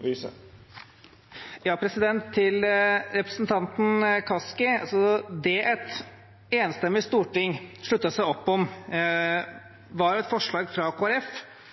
og får ordet til ein kort merknad, avgrensa til 1 minutt. Til representanten Kaski: Det et enstemmig storting sluttet opp om, var et forslag fra